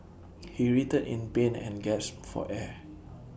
he writhed in pain and gasped for air